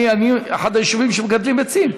אני מאחד היישובים שמגדלים ביצים,